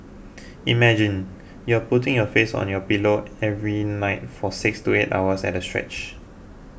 imagine you're putting your face on your pillow every night for six to eight hours at a stretch